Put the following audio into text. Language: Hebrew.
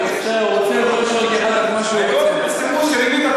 חבר הכנסת עיסאווי פריג',